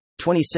26